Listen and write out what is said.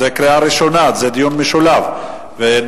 דיון משולב בקריאה ראשונה.